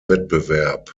wettbewerb